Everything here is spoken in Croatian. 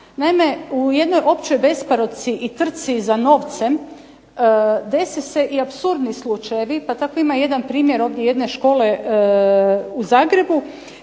Naime, u jednoj općoj besparici i trci za novcem dese se i apsurdni slučajevi, pa tako ima jedan primjer jedne škole u Zagrebu